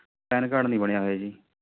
PAN card ਨਹੀਂ ਬਣਿਆ ਹੋਇਆ ਜੀ